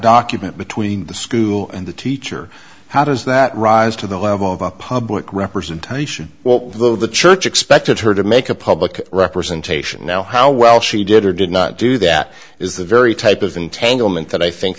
document between the school and the teacher how does that rise to the level of a public representation well though the church expected her to make a public representation now how well she did or did not do that is the very type of entanglement that i think